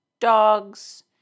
dogs